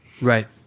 Right